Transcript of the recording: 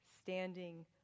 Standing